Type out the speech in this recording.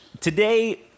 today